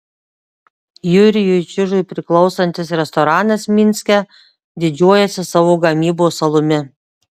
jurijui čižui priklausantis restoranas minske didžiuojasi savo gamybos alumi